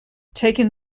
taken